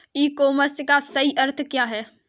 E commerce का सही अर्थ क्या है?